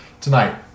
tonight